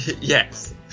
yes